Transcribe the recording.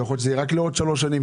ויכול להיות שהיה רק לעוד שלוש שנים,